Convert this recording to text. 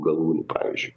galūnių pavyzdžiui